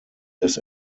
des